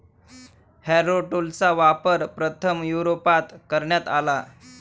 Harrow टूलचा वापर प्रथम युरोपात करण्यात आला